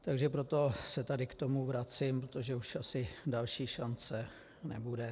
Takže proto se tady k tomu vracím, protože už asi další šance nebude.